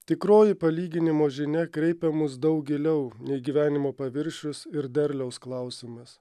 tikroji palyginimo žinia kreipia mus daug giliau nei gyvenimo paviršius ir derliaus klausimas